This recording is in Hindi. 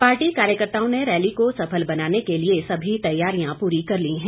पार्टी कार्यकर्त्ताओं ने रैली को सफल बनाने के लिए सभी तैयारियां पूरी कर ली हैं